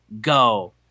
go